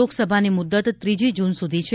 લોકસભાની મુદત ત્રીજી જુન સુધી છે